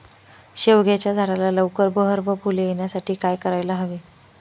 शेवग्याच्या झाडाला लवकर बहर व फूले येण्यासाठी काय करायला हवे?